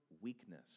weakness